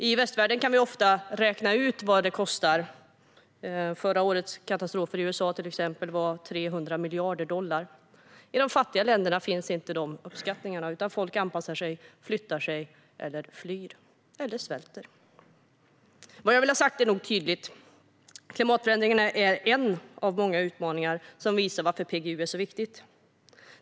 I västvärlden kan vi ofta räkna ut vad det kostar. Förra årets katastrofer i USA kostade till exempel 300 miljarder dollar. I de fattiga länderna görs inte de uppskattningarna, utan folk anpassar sig, flyttar eller flyr - eller svälter. Vad jag vill ha sagt är nog tydligt. Klimatförändringarna är en av många utmaningar som visar varför PGU är så viktigt.